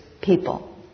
people